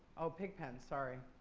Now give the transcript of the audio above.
oh, pig pen. sorry.